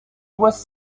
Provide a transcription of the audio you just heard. was